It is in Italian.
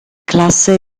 classe